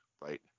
right